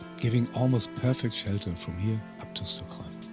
giving almost perfect shelter from here up to stockholm.